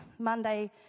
monday